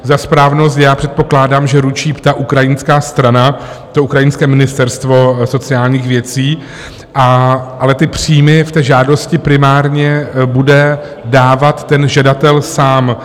Za správnost předpokládám, že ručí ukrajinská strana, ukrajinské ministerstvo sociálních věcí, ale příjmy v té žádosti primárně bude dávat žadatel sám.